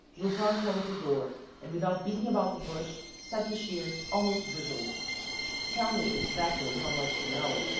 lupin closed the door and, without beating about the bush, said to shears, almost brutally tell me exactly how much you know.